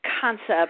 concept